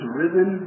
risen